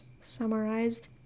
summarized